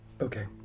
Okay